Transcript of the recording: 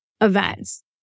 events